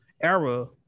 era